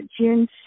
June